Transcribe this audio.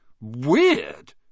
Weird